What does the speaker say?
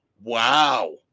Wow